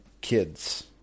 kids